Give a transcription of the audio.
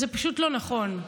זה פשוט לא נכון,